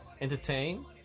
entertain